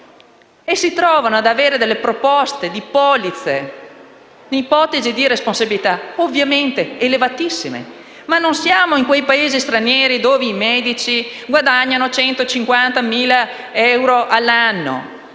si trova ad avere delle proposte di polizze per ipotesi di responsabilità elevatissime. Ma non siamo in quei Paesi stranieri dove i medici guadagnano 150.000 euro all'anno.